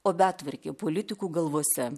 o betvarkė politikų galvose